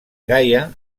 gaia